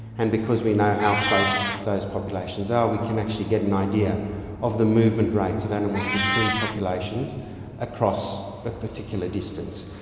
and because we know how close those populations are, we can actually get an idea of the movement rates of animals between populations across a particular distance.